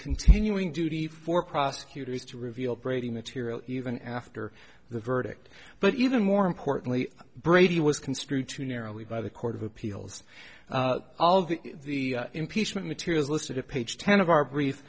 continuing duty for prosecutors to reveal brady material even after the verdict but even more importantly brady was construed too narrowly by the court of appeals all of the impeachment materials listed at page ten of our brief